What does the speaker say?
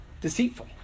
deceitful